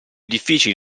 difficili